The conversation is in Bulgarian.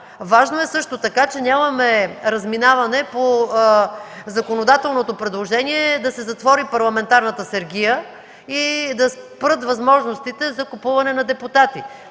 Важно е също така, че нямаме разминаване по законодателното предложение да се затвори парламентарната сергия и да спрат възможностите за купуване на депутати.